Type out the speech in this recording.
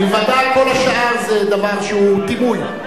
מלבדה כל השאר זה דבר שהוא דימוי.